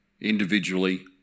individually